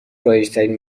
رایجترین